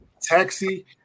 Taxi